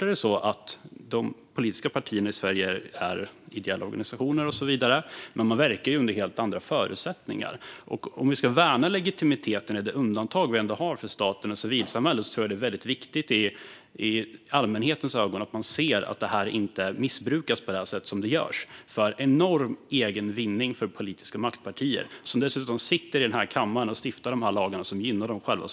De politiska partierna i Sverige är självfallet ideella organisationer och så vidare, men de verkar under helt andra förutsättningar. Om vi ska värna legitimiteten hos det undantag som finns för staten och civilsamhället tror jag att det är viktigt för allmänheten att se att det inte missbrukas för enorm egen vinning av politiska maktpartier på det sätt som sker, när de dessutom sitter i denna kammare och stiftar lagar som rakt av gynnar dem själva.